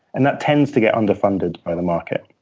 and that tends to get underfunded by the market.